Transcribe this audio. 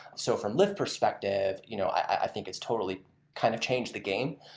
so from lyft perspective, you know i think it's totally kind of changed the game.